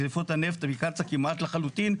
דליפות הנפט מקצא"א כמעט לחלוטין,